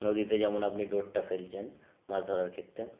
নদীতে যেমন আপনি ডোরটা ফেলছেন মাছ ধরার ক্ষেত্রে